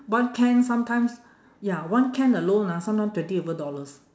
one can sometimes ya one can alone ah sometime twenty over dollars